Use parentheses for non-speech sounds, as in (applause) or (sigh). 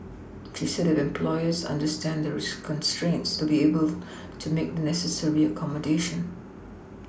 she said if employers understand the (unintelligible) constraints they will be able (unintelligible) to make the necessary accommodation